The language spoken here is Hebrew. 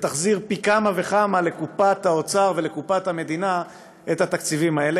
ותחזיר פי כמה וכמה לקופת האוצר ולקופת המדינה את התקציבים האלה.